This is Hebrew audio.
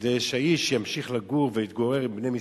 כדי שהאיש ימשיך לגור ויתגורר עם בני משפחתו,